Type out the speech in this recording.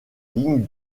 ligne